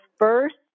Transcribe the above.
first